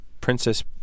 Princess